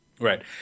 Right